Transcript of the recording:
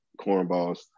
cornballs